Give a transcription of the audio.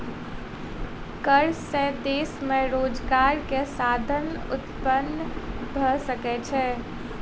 कर से देश में रोजगार के साधन उत्पन्न भ सकै छै